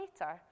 later